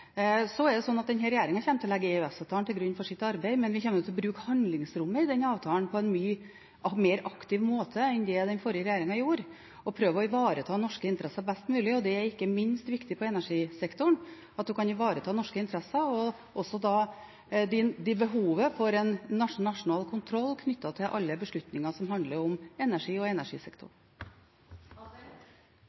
det gjelder forholdet til ACER. Denne regjeringen kommer til å legge EØS-avtalen til grunn for sitt arbeid, men vi kommer til å bruke handlingsrommet i den avtalen på en mye mer aktiv måte enn det den forrige regjeringen gjorde, og prøve å ivareta norske interesser best mulig. Det er ikke minst viktig at en kan ivareta norske interesser og behovet for nasjonal kontroll knyttet til alle beslutninger som handler om energi og